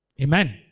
Amen